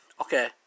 okay